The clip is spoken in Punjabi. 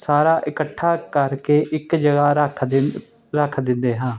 ਸਾਰਾ ਇਕੱਠਾ ਕਰਕੇ ਇੱਕ ਜਗ੍ਹਾ ਰੱਖ ਦਿੰਦੇ ਰੱਖ ਦਿੰਦੇ ਹਾਂ